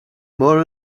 more